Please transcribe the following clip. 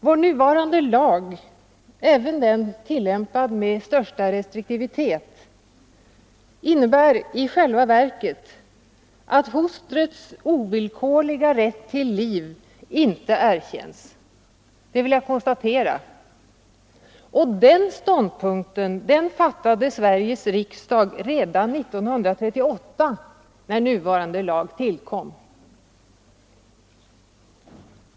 Vår nuvarande lag, även tillämpad med största restriktivitet, innebär i själva verket att fostrets ovillkorliga rätt till liv inte erkänns. Den ståndpunkten fattade Sveriges riksdag redan 1938 då lagen tillkom.